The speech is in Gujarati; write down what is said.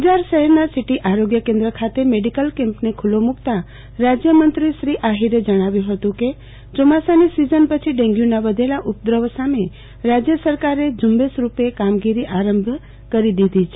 અંજાર શહેરના સીટી આરોગ્ય કેન્દ્ર ખાતે મેડીકલ કેમ્પને ખુલ્લો મૂ કતાંપ્રવાસન રાજ્યમંત્રીશ્રી વાસણભાઈ આહિરે જણાવ્યું હતું કે ચોમાસાની સીઝન પછી ડેંગ્યુના વધેલા ઉપદ્રવ સામે રાજય સરકાર ઝુંબેશરૂપે કામગીરી આરંભી દીધી છે